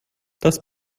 das